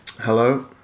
Hello